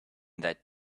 that